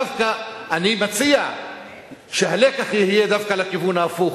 דווקא אני מציע שהלקח יהיה לכיוון ההפוך,